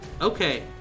Okay